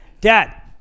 Dad